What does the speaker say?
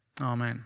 Amen